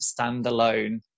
standalone